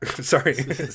Sorry